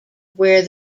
where